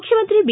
ಮುಖ್ಯಮಂತ್ರಿ ಬಿ